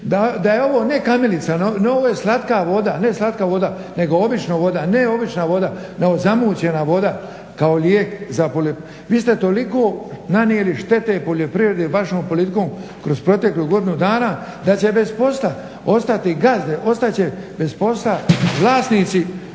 da je ovo ne kamilica, ovo je slatka voda, ne slatka voda, nego obična voda, ne obična voda, nego zamućena voda kao lijek za. Vi ste toliko nanijeli štete poljoprivredi vašom politikom kroz proteklu godinu dana da će bez posla ostati gazde, ostat će bez posla vlasnici